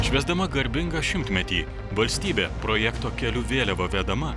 švęsdama garbingą šimtmetį valstybė projekto keliu vėliavą vedama